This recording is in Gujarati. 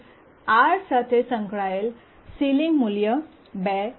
તેથી R સાથે સંકળાયેલ સીલીંગ મૂલ્ય ૨ છે